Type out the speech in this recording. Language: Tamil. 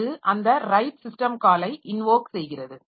அது அந்த ரைட் சிஸ்டம் காலை இன்வோக் செய்கிறது